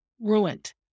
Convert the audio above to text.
ruined